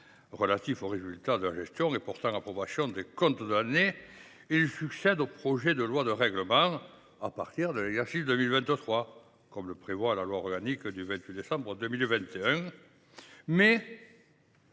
Relatif aux résultats de la gestion et portant approbation des comptes de l’année passée, il succède au projet de loi de règlement à partir de l’exercice 2023, comme le prévoit la loi organique du 28 décembre 2021.